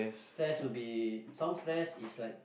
stress would be some stress is like